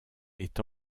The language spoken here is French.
est